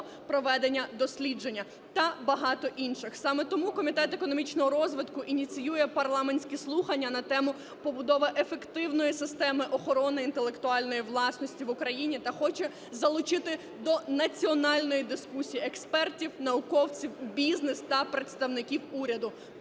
проведення дослідження та багато інших. Саме тому Комітет економічно розвитку ініціює парламентські слухання на тему "Побудова ефективної системи охорони інтелектуальної власності в Україні" та хоче залучити до національної дискусії експертів, науковців, бізнес та представників уряду.